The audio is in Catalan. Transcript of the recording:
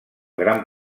gran